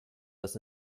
dass